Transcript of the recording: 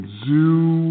zoo